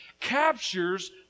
captures